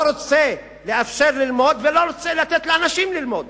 לא רוצים לאפשר ללמוד ולא רוצים לתת לאנשים ללמוד.